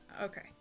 Okay